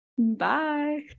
Bye